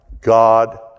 God